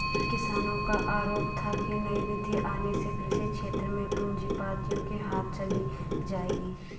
किसानो का आरोप था की नई नीति आने से कृषि क्षेत्र भी पूँजीपतियो के हाथ चली जाएगी